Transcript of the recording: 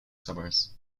summers